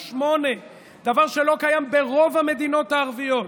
דבר שלא קיים ברוב המדינות הערביות,